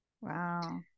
Wow